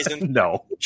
no